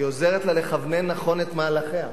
היא עוזרת לה לכוונן נכון את מהלכיה.